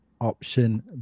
Option